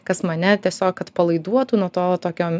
kas mane tiesiog atpalaiduotų nuo to tokio